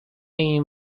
این